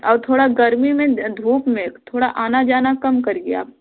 और थोड़ा गर्मी में धूप में थोड़ा आना जाना कम करिए आप